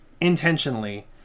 intentionally